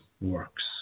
works